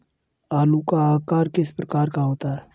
आलू का आकार किस प्रकार का होता है?